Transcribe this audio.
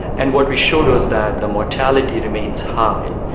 and what we showed was that the mortality remains high,